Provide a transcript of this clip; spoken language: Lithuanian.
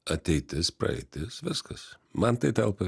ateitis praeitis viskas man tai telpa